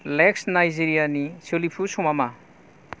Lagos नाइजेरियानि सोलिफु समा मा